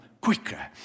quicker